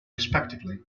respectively